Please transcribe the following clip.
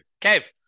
Kev